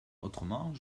autrement